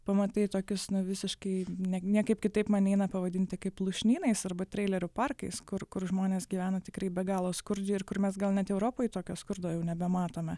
pamatai tokius nu visiškai ne niekaip kitaip man neina pavadinti kaip lūšnynais arba treilerių parkais kur kur žmonės gyvena tikrai be galo skurdžiai ir kur mes gal net europoj tokio skurdo jau nebematome